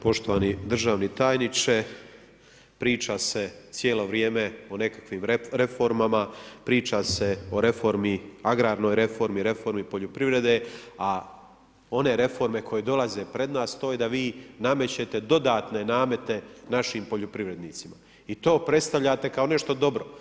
Poštovani državni tajniče, priča se cijelo vrijeme o nekakvim reformama, priča se o reformi, agrarnoj reformi, reformi poljoprivrede, a one reforme koje dolaze pred nas to je da vi namećete dodatne namete našim poljoprivrednicima i to predstavljate kao nešto dobro.